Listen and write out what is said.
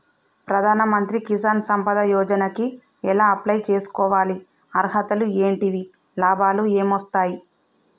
ప్రధాన మంత్రి కిసాన్ సంపద యోజన కి ఎలా అప్లయ్ చేసుకోవాలి? అర్హతలు ఏంటివి? లాభాలు ఏమొస్తాయి?